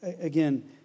Again